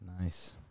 nice